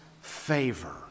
favor